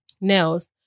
nails